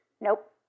Nope